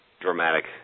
dramatic